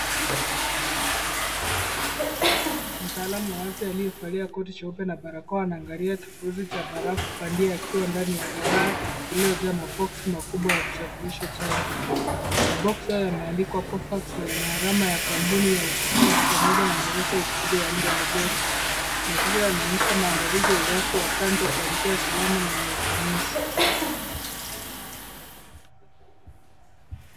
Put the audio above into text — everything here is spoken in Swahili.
Mtaalamu wa afya aliyevalia koti jeupe na barakoa anaangalia kifurusi cha barafu bandia yakiwa ndani ya ghala iliyojaa maboksi makubwa ya kusafirisha chanjo. Maboksi hayo yameandikwa covax na yana alama ya kampuni ya Upikaji pamoja na maelezo ya kudhibiti muda wa joto. Mazingira yanaonyesha maandalizi wa afya ya chanjo kwa njia salama na yenye ufanisi.